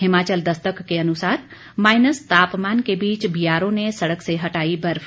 हिमाचल दस्तक के अनुसार माइनस तापमान के बीच बीआरओ ने सड़क से हटाई बर्फ